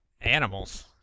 animals